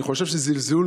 אני חושב שזה זלזול